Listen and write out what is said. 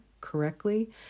correctly